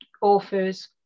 authors